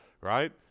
right